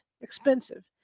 expensive